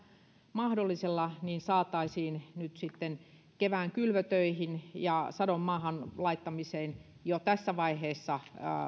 mahdollisilla keinoilla saataisiin nyt kevään kylvötöihin ja sadon maahan laittamiseen jo tässä vaiheessa